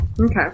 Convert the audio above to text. Okay